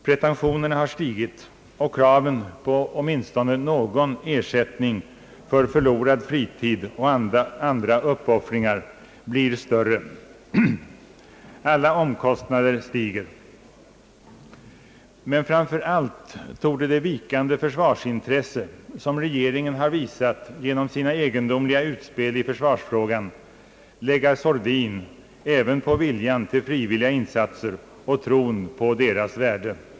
Pretentionerna har stigit, och kraven på åtminstone någon ersättning för förlorad fritid och andra uppoffringar blir större. Alla omkostnader stiger. Men framför allt torde det vikande försvarsintresse som regeringen har visat genom sina egen domliga utspel i försvarsfrågan lägga sordin även på viljan till frivilliga insatser och tron på deras värde.